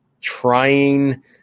trying